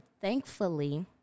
thankfully